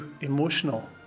emotional